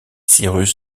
cyrus